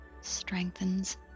strengthens